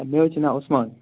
مےٚ حظ چھِ ناو عثمان